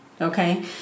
okay